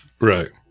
Right